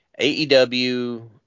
AEW